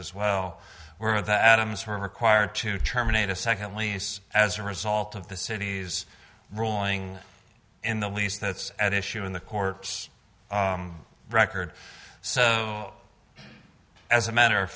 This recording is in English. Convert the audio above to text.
as well were that adams were required to terminate a second lease as a result of the city's ruling in the lease that's at issue in the court record so as a matter of